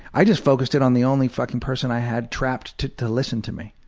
i just focused in on the only fucking person i had trapped to to listen to me.